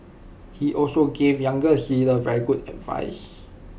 he also gave younger leaders very good advice